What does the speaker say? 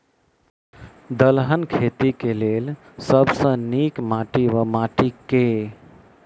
दलहन खेती केँ लेल सब सऽ नीक माटि वा माटि केँ?